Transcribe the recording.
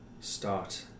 start